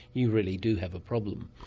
you really do have a problem.